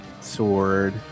sword